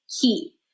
key